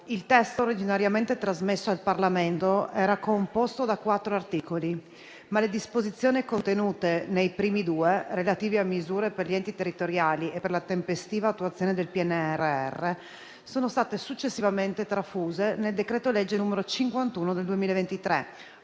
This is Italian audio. Il testo originariamente trasmesso al Parlamento era composto da quattro articoli, ma le disposizioni contenute nei primi due, relative a misure per gli enti territoriali e per la tempestiva attuazione del PNRR, sono state successivamente trasfuse nel decreto-legge n. 51 del 2023,